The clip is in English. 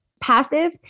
Passive